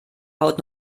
haut